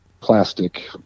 plastic